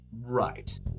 Right